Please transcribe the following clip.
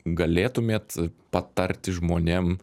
galėtumėt patarti žmonėm